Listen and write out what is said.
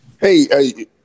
Hey